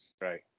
Right